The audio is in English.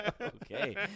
Okay